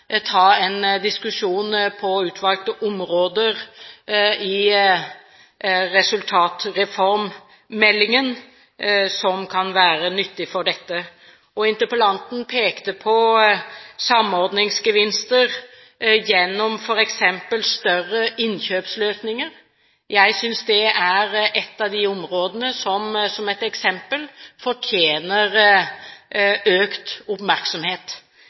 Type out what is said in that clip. være nyttig for dette. Interpellanten pekte på samordningsgevinster gjennom f.eks. større innkjøpsløsninger. Jeg synes det er et av de områdene som, som et eksempel, fortjener økt oppmerksomhet.